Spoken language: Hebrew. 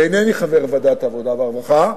ואינני חבר ועדת העבודה והרווחה,